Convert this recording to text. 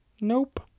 Nope